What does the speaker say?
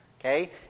Okay